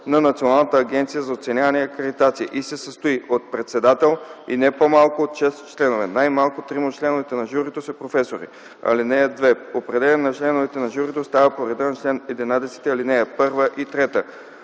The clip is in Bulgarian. на Националната агенция за оценяване и акредитация и се състои от председател и не по-малко от шест членове. Най-малко трима от членовете на журито са професори. (2) Определянето на членовете на журито става по реда на чл. 11, ал. 1 и 3."